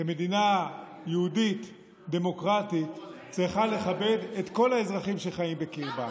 שמדינה יהודית דמוקרטית צריכה לכבד את כל האזרחים שחיים בקרבה.